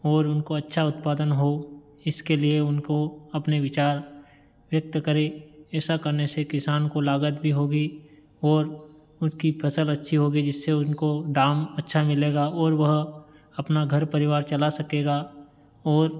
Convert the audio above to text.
और उनको अच्छा उत्पादन हो इसके लिए उनको अपने विचार व्यक्त करें ऐसा करने से किसान को लागत भी होगी और उनकी फसल अच्छी होगी जिससे उनको दाम अच्छा मिलेगा और वह अपना घर परिवार चला सकेगा और